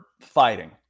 fighting